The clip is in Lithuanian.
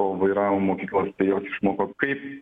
vairavimo mokykloje jos išmoko kaip